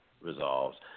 resolves